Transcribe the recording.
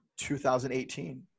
2018